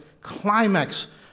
climax